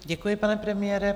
Děkuji, pane premiére.